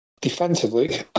defensively